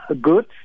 good